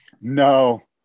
No